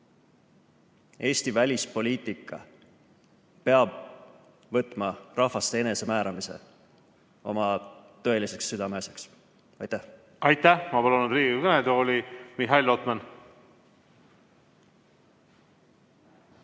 Eesti välispoliitika peab võtma rahvaste enesemääramise oma tõeliseks südameasjaks. Aitäh! Ma palun Riigikogu kõnetooli Mihhail Lotmani.